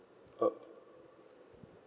uh